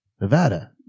Nevada